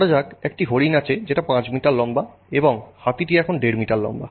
ধরা যাক একটি হরিণ আছে যেটা 5 মিটার লম্বা এবং হাতিটি এখন দেড় মিটার লম্বা